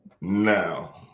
Now